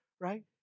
Right